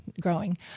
growing